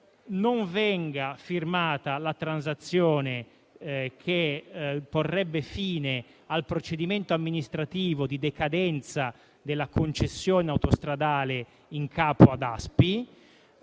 non venga firmata la transazione che porrebbe fine al procedimento amministrativo di decadenza della concessione autostradale in capo ad Aspi.